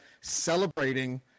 celebrating